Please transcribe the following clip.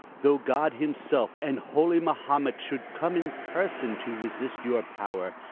though god himself and holy mahomet should come in person to resist your power,